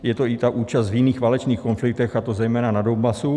Je to i účast v jiných válečných konfliktech, a to zejména na Donbasu.